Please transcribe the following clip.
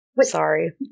Sorry